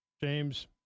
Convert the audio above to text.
James